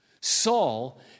Saul